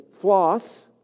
Floss